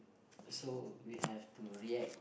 so we have to react